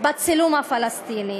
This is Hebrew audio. בצילום הפלסטיני.